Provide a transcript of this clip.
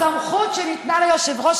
את הסמכות שניתנה ליושב-ראש,